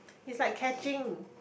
it's like catching